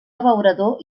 abeurador